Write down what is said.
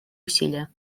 усилия